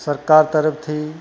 સરકાર તરફથી